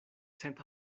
cent